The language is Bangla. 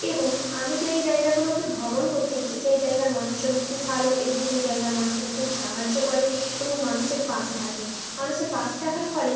এবং আমি যেই জায়গাগুলোতে ভ্রমণ করতে গিয়েছি সেই জায়গার মানুষজন খুব ভালো এবং সেই জায়গার মানুষজন খুব সাহায্য করে এবং মানুষের পাশে থাকে মানুষের পাশে থাকার ফলে